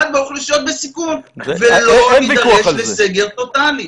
באוכלוסיות בסיכון ולא נידרש לסגר טוטלי.